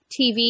TV